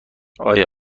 آیا